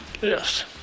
Yes